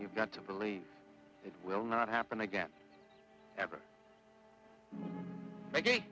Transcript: you've got to believe it will not happen again ever again